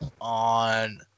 on